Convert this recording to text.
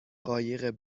قایق